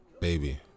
Baby